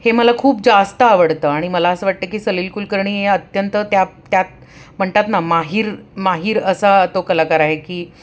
हे मला खूप जास्त आवडतं आणि मला असं वाटतं की सलील कुलकर्णी हे अत्यंत त्यात त्यात म्हणतात ना माहीर माहिर असा तो कलाकार आहे की